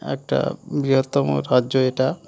একটা বৃহত্তম রাজ্য এটা